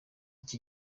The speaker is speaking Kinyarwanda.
iki